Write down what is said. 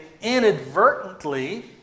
inadvertently